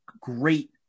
great